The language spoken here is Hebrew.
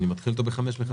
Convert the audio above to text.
אני מתחיל אותו ב-17:00 מחדש.